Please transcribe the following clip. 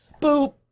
boop